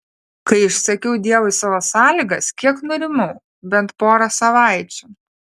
kai išsakiau dievui savo sąlygas kiek nurimau bent porą savaičių